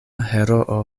heroo